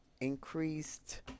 increased